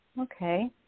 okay